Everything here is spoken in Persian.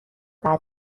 بعد